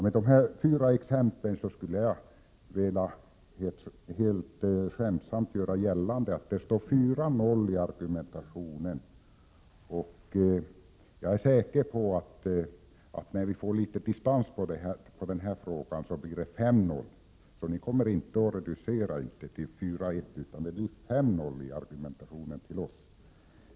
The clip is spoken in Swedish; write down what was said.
Med dessa fyra exempel skulle jag skämtsamt vilja göra gällande att det står 4-0 i argumentationen mellan oss. Jag är säker på att det kommer att stå 5-0 när vi får distans till frågan. Ni kommer inte att reducera till 4-1, utan det kommer i stället att stå 5-0.